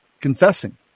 confessing